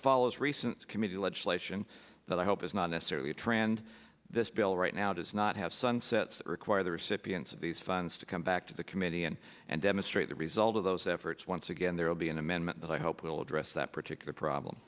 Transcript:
follows recent committee legislation that i hope is not necessarily a trend this bill right now does not have sunsets require the recipients of these funds to come back to the committee and and demonstrate the result of those efforts once again there will be an amendment that i hope will address that particular problem